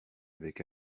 avec